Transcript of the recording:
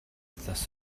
wythnos